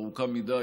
ארוכה מדי,